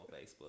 Facebook